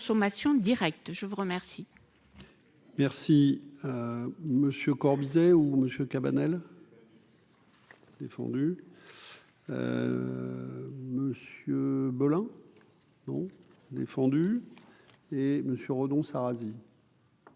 directe, je vous remercie.